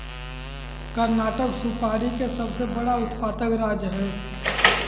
कर्नाटक सुपारी के सबसे बड़ा उत्पादक राज्य हय